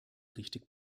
richtig